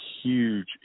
huge